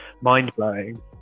mind-blowing